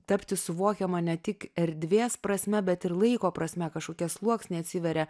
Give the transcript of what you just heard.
tapti suvokiama ne tik erdvės prasme bet ir laiko prasme kažkokie sluoksniai atsiveria